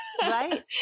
Right